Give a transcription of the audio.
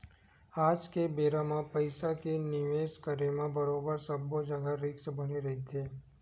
आज के बेरा म पइसा के निवेस करे म बरोबर सब्बो जघा रिस्क बने रहिथे